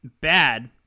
bad